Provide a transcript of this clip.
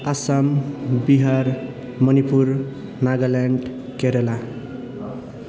Assam Bihar Manipur Nagaland Kerala